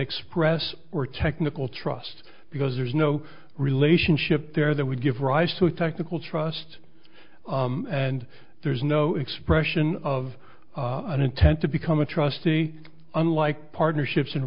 express or technical trust because there's no relationship there that would give rise to a technical trust and there's no expression of an intent to become a trustee unlike partnerships and